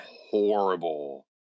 horrible